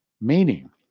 Meaning